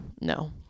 no